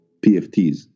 PFTs